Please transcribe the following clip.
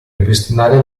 ripristinare